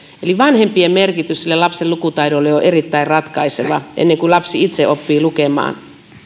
eli vanhempien merkitys sille lapsen lukutaidolle on erittäin ratkaiseva ennen kuin lapsi itse oppii lukemaan